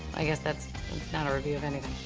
i guess that's not a review of anything.